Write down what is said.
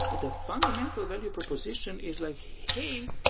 the fundamental value proposition is like, hey,